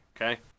okay